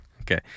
Okay